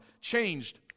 changed